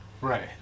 Right